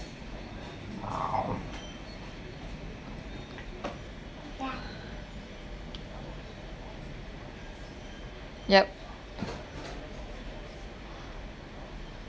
yup